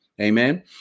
Amen